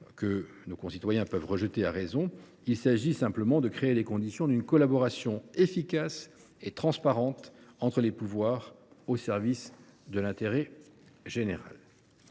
que nos concitoyens peuvent rejeter, à raison. Il s’agit simplement de créer les conditions d’une collaboration efficace et transparente entre les pouvoirs, au service de l’intérêt général.